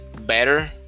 better